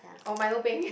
or milo peng